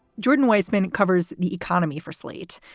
jordan weissmann and covers the economy for slate.